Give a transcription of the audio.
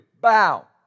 Bow